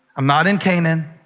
i'm not in canaan,